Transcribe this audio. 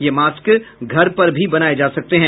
ये मॉस्क घर पर भी बनाये जा सकते हैं